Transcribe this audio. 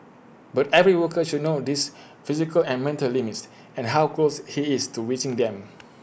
but every worker should know his physical and mental limiest and how close he is to reaching them